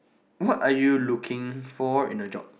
what are you looking for in a job